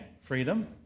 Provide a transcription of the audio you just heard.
freedom